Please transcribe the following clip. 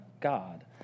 God